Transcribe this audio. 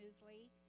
smoothly